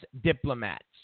diplomats